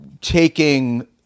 taking